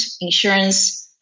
insurance